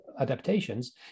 adaptations